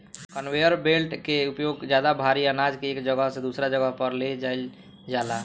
conveyor belt के उपयोग ज्यादा भारी आनाज के एक जगह से दूसरा जगह पर ले जाईल जाला